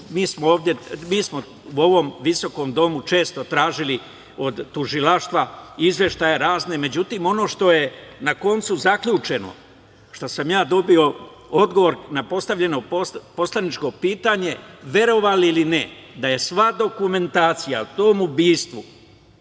Mi smo u ovom visokom domu često tražili od tužilaštva razne izveštaje, međutim, ono što je na kraju zaključeno, ja sam dobio odgovor na postavljeno poslaničko pitanje da je sva dokumentacija o tom ubistvu